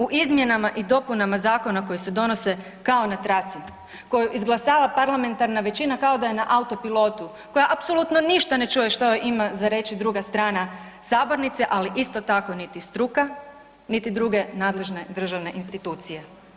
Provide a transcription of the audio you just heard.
U izmjenama i dopunama zakona koji se donose kao na traci, koje izglasava parlamentarna većina kao da je autopilotu, koja apsolutno ništa ne čuje šta ima za reći druga strana sabornice, ali isto tako niti struka, niti druge nadležne državne institucije.